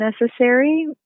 necessary